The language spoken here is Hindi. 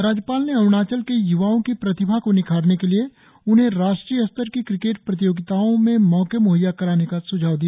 राज्यपाल ने अरुणाचल के य्वाओ की प्रतिभा को निखारने के लिए उन्हें राष्ट्रीय स्तर की क्रिकेट प्रतियोगिताओं में मौके मुहैया कराने का सूझाव दिया